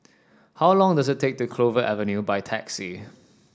how long does it take to Clover Avenue by taxi